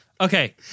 Okay